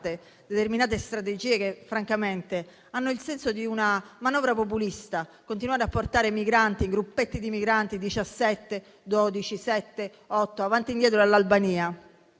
determinate strategie che, francamente, hanno il senso di una manovra populista. Continuare a portare gruppetti di migranti avanti e indietro dall'Albania,